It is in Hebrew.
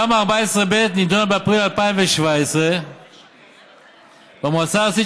תמ"א 14 ב' נדונה באפריל 2017 במועצה הארצית,